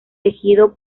tejido